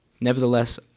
nevertheless